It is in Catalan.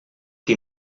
qui